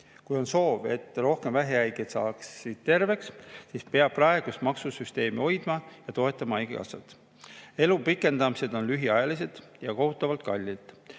Kui on soov, et rohkem vähihaigeid saaks terveks, siis peab praegust maksusüsteemi hoidma ja toetama haigekassat. Elu pikendamised on lühiajalised ja kohutavalt kallid.